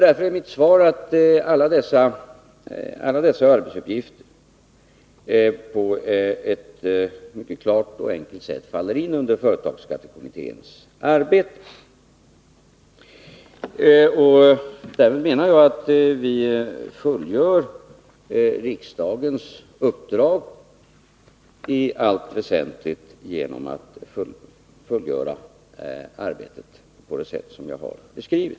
Därför är mitt svar att alla dessa arbetsuppgifter på ett mycket klart och enkelt sätt faller in under företagsskattekommitténs arbete. Jag menar att vi i allt väsentligt fullgör riksdagens uppdrag genom att utföra arbetet på det sätt som jag har beskrivit.